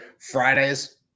Fridays